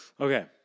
Okay